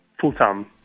full-time